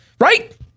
Right